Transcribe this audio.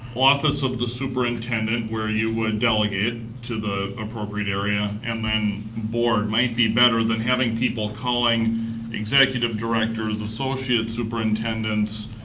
office of the superintendent, where you would delegate to the appropriate area, and then board might be better than having people calling executive directors, associate superintendents,